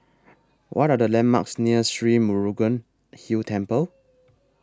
What Are The landmarks near Sri Murugan Hill Temple